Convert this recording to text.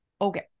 okay